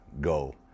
go